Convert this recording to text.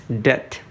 death